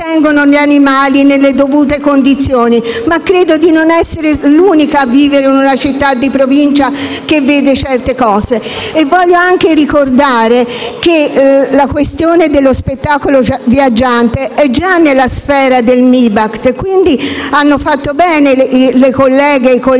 non tengono gli animali nelle dovute condizioni. Credo, però, di non essere l'unica a vivere in una città di provincia che vede certi fenomeni. Voglio anche ricordare che la questione dello spettacolo viaggiante è già nella sfera del MIBACT. Quindi, bene hanno fatto le colleghe e i colleghi